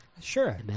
Sure